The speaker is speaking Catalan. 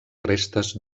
restes